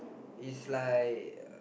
it's like